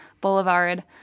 Boulevard